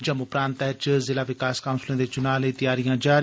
जम्मू प्रांतै च जिला विकास काउंसलें दे चुनां लेई तैआरियां जारी